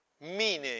meaning